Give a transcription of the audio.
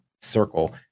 circle